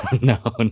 no